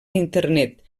internet